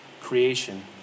creation